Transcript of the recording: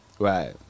Right